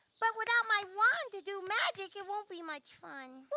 but without my wand to do magic, it won't be much fun.